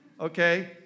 Okay